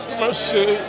mercy